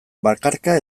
bakarka